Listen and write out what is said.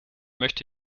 möchte